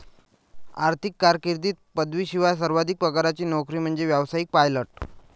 आर्थिक कारकीर्दीत पदवीशिवाय सर्वाधिक पगाराची नोकरी म्हणजे व्यावसायिक पायलट